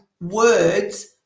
words